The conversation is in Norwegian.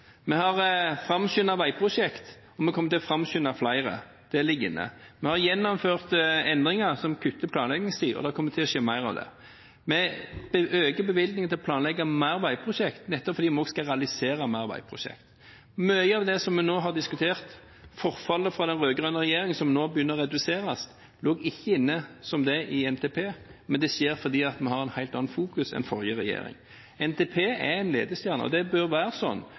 Vi har framskyndet veiprosjekt, og vi kommer til å framskynde flere. Det ligger inne. Vi har gjennomført endringer som kutt i planleggingstid, og det kommer til å skje mer av det. Vi øker bevilgningene til å planlegge flere veiprosjekt, nettopp fordi vi også skal realisere flere veiprosjekt. Mye av det som vi nå har diskutert, forfallet fra den rød-grønne regjeringen som nå begynner å reduseres, lå ikke inne som det i NTP, men det skjer fordi vi har et helt annet fokus enn forrige regjering. NTP er en ledestjerne, og det bør være sånn